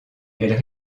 elle